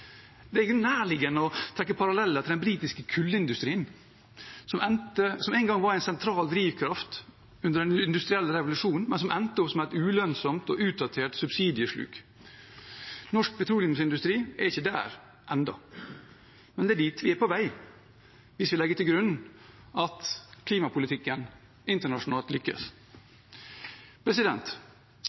Det er i grunnen nærliggende å trekke paralleller til den britiske kullindustrien, som en gang var en sentral drivkraft under den industrielle revolusjonen, men som endte opp som et ulønnsomt og utdatert subsidiesluk. Norsk petroleumsindustri er ikke der ennå, men det er dit vi er på vei hvis vi legger til grunn at klimapolitikken internasjonalt lykkes.